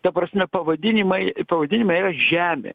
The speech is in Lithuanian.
ta prasme pavadinimai pavadinime yra žemė